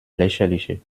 lächerliche